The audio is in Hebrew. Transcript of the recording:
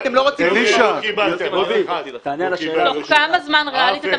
פה אתם לא רציתם --- תוך כמה זמן ניתן יהיה לסמן?